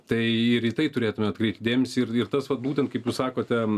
tai ir į tai turėtume atkreipti dėmesį ir tas vat būtent kaip jūs sakote